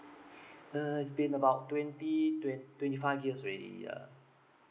uh it's been about twenty twen~ twenty five years already yeah